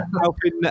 helping